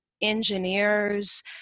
engineers